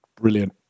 Brilliant